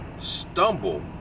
stumble